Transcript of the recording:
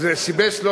זה שיבש.